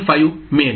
5 मिळेल